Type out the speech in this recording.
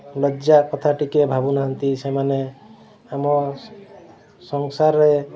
ଲଜ୍ଜା କଥା ଟିକିଏ ଭାବୁନାହାନ୍ତି ସେମାନେ ଆମ ସଂସାରରେ